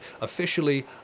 Officially